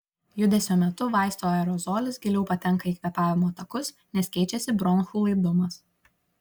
judesio metu vaisto aerozolis giliau patenka į kvėpavimo takus nes keičiasi bronchų laidumas